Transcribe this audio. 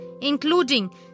including